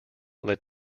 led